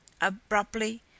Abruptly